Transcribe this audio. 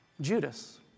Judas